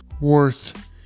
worth